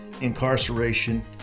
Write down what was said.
incarceration